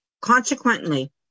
Consequently